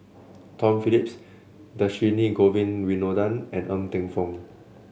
Tom Phillips Dhershini Govin Winodan and Ng Teng Fong